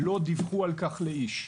לא דיווחו על כך לאיש.